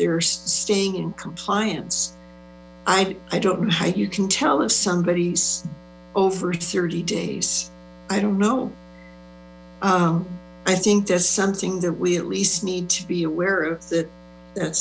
they're staying in compliance i i don't know how you can tell if somebody over thirty days i don't know i think that's something that we at least need to be aware of that